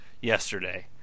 yesterday